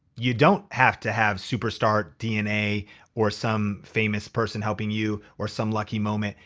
you don't have to have superstar dna or some famous person helping you or some lucky moment.